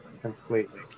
Completely